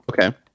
Okay